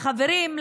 לחברים,